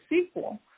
sequel